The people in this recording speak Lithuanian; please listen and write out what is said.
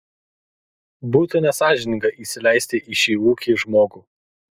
būtų nesąžininga įsileisti į šį ūkį žmogų